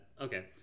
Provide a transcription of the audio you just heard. Okay